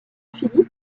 philippe